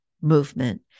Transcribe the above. movement